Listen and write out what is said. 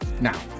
Now